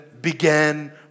began